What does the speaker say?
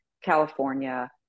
California